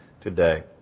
today